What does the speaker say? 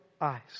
eyes